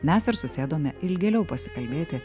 mes ir susėdome ilgėliau pasikalbėti